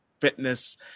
fitness